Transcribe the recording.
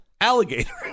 Alligator